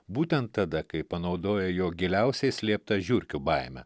būtent tada kai panaudojo jo giliausiai liepta žiurkių baimę